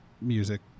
music